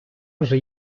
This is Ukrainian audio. вже